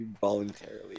voluntarily